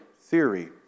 theory